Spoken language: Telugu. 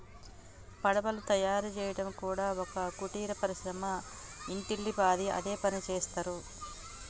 పడవలు తయారు చేయడం కూడా ఒక కుటీర పరిశ్రమ ఇంటిల్లి పాది అదే పనిచేస్తరు